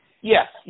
Yes